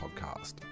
Podcast